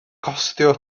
costio